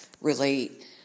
relate